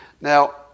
Now